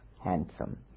handsome